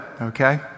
okay